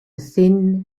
thin